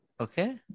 Okay